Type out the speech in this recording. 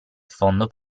fondo